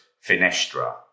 Finestra